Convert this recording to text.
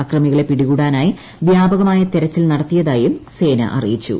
അക്രമികളെ പിടികൂടാനായി വ്യാപകമായ തെരച്ചിൽ നടത്തിയതായും സേന അറിയിച്ചു